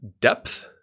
depth